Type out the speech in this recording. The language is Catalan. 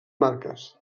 marques